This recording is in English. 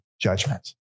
judgment